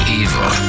evil